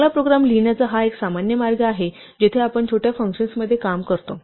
चांगला प्रोग्राम लिहिण्याचा हा एक सामान्य मार्ग आहे जेथे आपण छोट्या फंक्शन्समध्ये काम करतो